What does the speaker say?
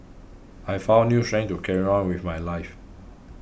I found new strength to carry on with my life